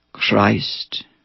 christ